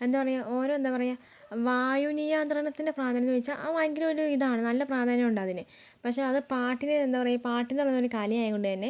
എന്താണ് പറയുക ഓരോ എന്താണ് പറയുക വായു നിയന്ത്രണത്തിന് പ്രാധാന്യം എന്ന് വെച്ചാൽ ഭയങ്കര ഒരു ഇതാണ് നല്ല പ്രാധാന്യം ഉണ്ടതിന് പക്ഷേ അത് പാട്ടിന് എന്താണ് പറയുക പാട്ട് എന്ന് പറയുന്നത് ഒരു കലയായതുകൊണ്ട് തന്നെ